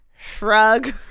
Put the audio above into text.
Shrug